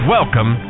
Welcome